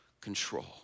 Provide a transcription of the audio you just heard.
control